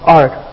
art